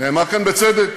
נאמר כאן בצדק: